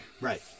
Right